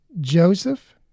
Joseph